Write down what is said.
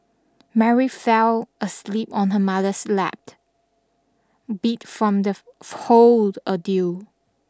Mary fell asleep on her mother's lap beat from the whole ordeal